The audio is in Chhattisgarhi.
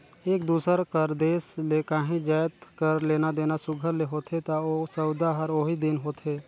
एक दूसर कर देस ले काहीं जाएत कर लेना देना सुग्घर ले होथे ता ओ सउदा हर ओही दिन होथे